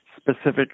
specific